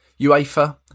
UEFA